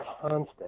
constant